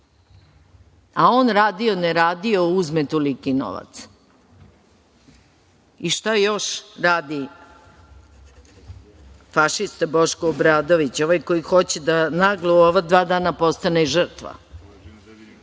On radio ne radio uzme toliki novac. Šta još da radi fašista Boško Obradović, ovaj koji hoće da naglo u ova dva dana postane žrtva?